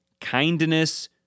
kindness